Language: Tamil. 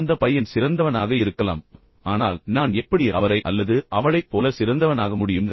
அந்த பையன் சிறந்தவனாக இருக்கலாம் ஆனால் நான் எப்படி அவரை அல்லது அவளைப் போல சிறந்தவனாக முடியும்